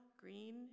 green